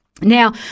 now